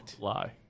lie